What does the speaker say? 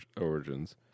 Origins